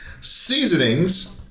seasonings